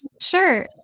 sure